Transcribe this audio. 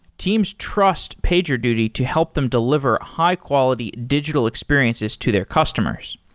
teams trust pagerduty to help them deliver high-quality digital experiences to their customers.